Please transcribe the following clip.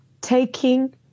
taking